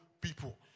people